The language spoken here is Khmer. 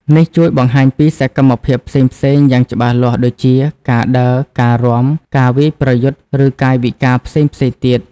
នេះជួយបង្ហាញពីសកម្មភាពផ្សេងៗយ៉ាងច្បាស់លាស់ ដូចជា ការដើរ ការរាំ ការវាយប្រយុទ្ធ ឬកាយវិការផ្សេងៗទៀត។